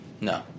No